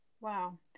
Wow